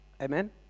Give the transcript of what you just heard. Amen